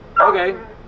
okay